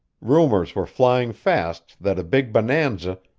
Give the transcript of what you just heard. rumors were flying fast that a big bonanza,